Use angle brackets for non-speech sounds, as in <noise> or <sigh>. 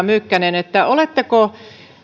<unintelligible> mykkänen oletteko